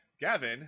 Gavin